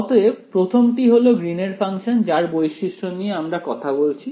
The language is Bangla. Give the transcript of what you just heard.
অতএব প্রথমটি হলো গ্রীন এর ফাংশন যার বৈশিষ্ট্য নিয়ে আমরা কথা বলছি